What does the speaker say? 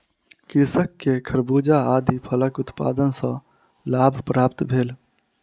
कृषक के खरबूजा आदि फलक उत्पादन सॅ लाभ प्राप्त भेल